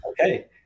Okay